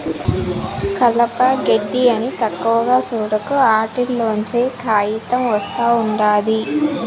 కలప, గెడ్డి అని తక్కువగా సూడకు, ఆటిల్లోంచే కాయితం ఒస్తా ఉండాది